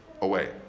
away